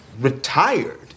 retired